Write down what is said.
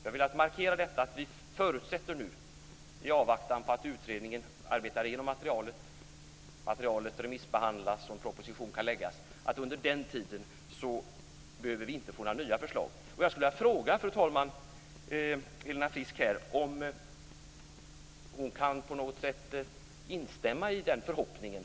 Jag vill alltså markera att vi nu - i avvaktan på att utredningen arbetar igenom materialet, att materialet remissbehandlas och att en proposition kan läggas - inte behöver få några nya förslag. Jag skulle, fru talman, vilja fråga om Helena Frisk på något sätt kan instämma i den förhoppningen.